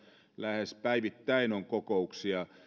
lähes päivittäin on kokouksia